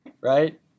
right